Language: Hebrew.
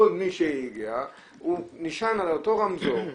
כל מי שהגיע נשען על אותו רמזור,